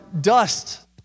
dust